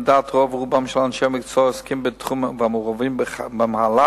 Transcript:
לדעת רוב-רובם של אנשי המקצוע העוסקים בתחום והמעורבים במהלך,